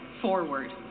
forward